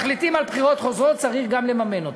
מחליטים על בחירות חוזרות, צריך גם לממן אותן.